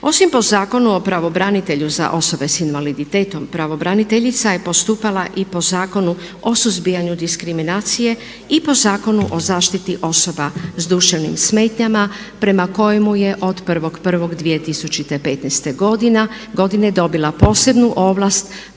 Osim po zakonu o pravobranitelju za osobe sa invaliditetom pravobraniteljica je postupala i po Zakonu o suzbijanju diskriminacije i po Zakonu o zaštiti osoba s duševnim smetnjama prema kojemu je od 1.1.2015.godine dobila posebnu ovlast